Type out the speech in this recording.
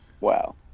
Wow